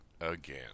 again